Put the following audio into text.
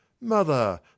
Mother